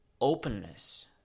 openness